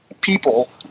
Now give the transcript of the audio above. people